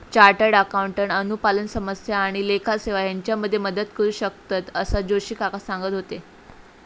chartered accountant अनुपालन समस्या आणि लेखा सेवा हेच्यामध्ये मदत करू शकतंत, असा जोशी काका सांगत होते